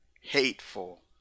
hateful